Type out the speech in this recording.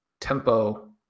tempo